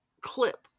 clip